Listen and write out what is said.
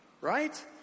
Right